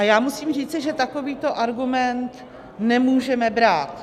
Já musím říci, že takovýto argument nemůžeme brát.